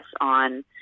on